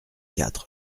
quatre